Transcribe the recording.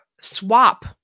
swap